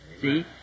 See